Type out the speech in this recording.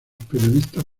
periodistas